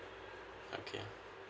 okay